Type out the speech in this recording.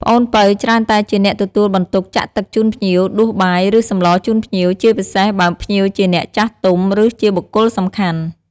ប្អូនពៅច្រើនតែជាអ្នកទទួលបន្ទុកចាក់ទឹកជូនភ្ញៀវ ដួសបាយ ឬសម្លរជូនភ្ញៀវ ជាពិសេសបើភ្ញៀវជាអ្នកចាស់ទុំ ឬ ជាបុគ្គលសំខាន់។